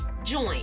Join